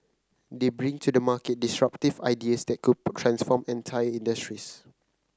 they bring to the market disruptive ideas that could transform entire industries